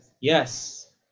Yes